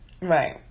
right